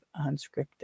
Unscripted